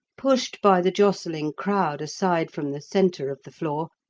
pushed by the jostling crowd aside from the centre of the floor,